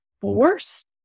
forced